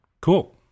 cool